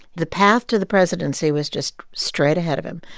the path to the presidency was just straight ahead of him.